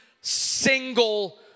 single